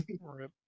Right